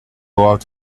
out